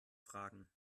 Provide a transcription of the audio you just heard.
fragen